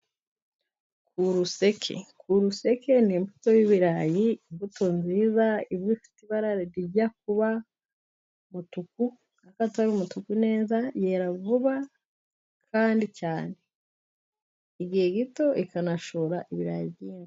Kuruseke, kuruseke ni imbuto y'ibirayi imbuto nziza iba ifite ibara rijya kuba umutuku nubwo atari umutuku neza yera vuba kandi cyane igihe gito ikanashora ibirayi by'ibara.